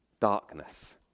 darkness